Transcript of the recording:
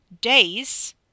Days